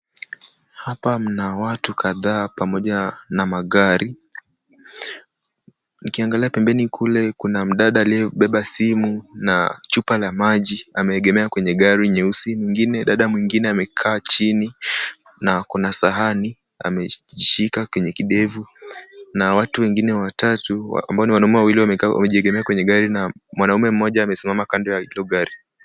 Hapa mna watu kadhaa pamoja na magari. Nikiangalia pembeni kule kuna mdada aliyebeba simu na chupa la maji, ameegemea kwenye gari nyeusi. Dada mwingine amekaa chini na kuna sahani ameshika kwenye kidevu na watu wengine watatu ambao ni wanaume wawili wamejiegemea kwenye gari na mwanaume mmoja amesimama kando ya hilo gari.